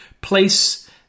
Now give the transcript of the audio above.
place